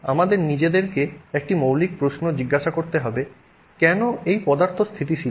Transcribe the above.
সুতরাং আমাদের নিজেদেরকে একটি মৌলিক প্রশ্ন জিজ্ঞাসা করতে হবে কেন এই পদার্থ স্থিতিশীল হয়